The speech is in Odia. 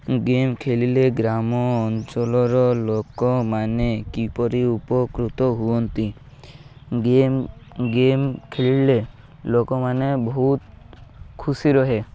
ଗେମ୍ ଖେଳିଲେ ଗ୍ରାମ ଅଞ୍ଚଲର ଲୋକମାନେ କିପରି ଉପକୃତ ହୁଅନ୍ତି ଗେମ୍ ଗେମ୍ ଖେଳିଲେ ଲୋକମାନେ ବହୁତ ଖୁସି ରହେ